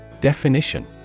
Definition